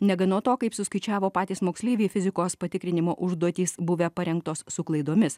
negana to kaip suskaičiavo patys moksleiviai fizikos patikrinimo užduotys buvę parengtos su klaidomis